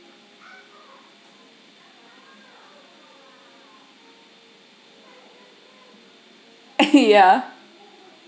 ya